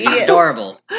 adorable